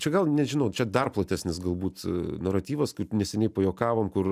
čia gal nežinau čia dar platesnis galbūt naratyvas kur neseniai pajuokavom kur